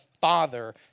Father